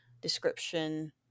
description